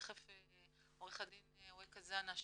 תיכף עו"ד אווקה זנה,